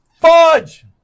fudge